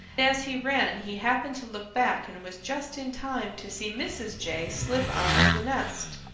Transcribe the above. as he ran he happened to look back and was just in time to see mrs. jay slip on to the nest.